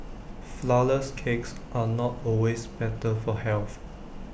Flourless Cakes are not always better for health